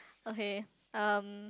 okay um